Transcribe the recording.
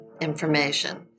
information